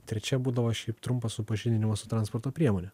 trečia būdavo šiaip trumpas supažindinimas su transporto priemone